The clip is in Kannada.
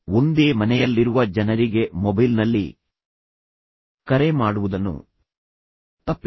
ಒಂದೇ ಮನೆಯಲ್ಲಿರುವ ಜನರಿಗೆ ಮೊಬೈಲ್ನಲ್ಲಿ ಕರೆ ಮಾಡುವುದನ್ನು ತಪ್ಪಿಸಿ